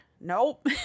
Nope